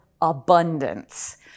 abundance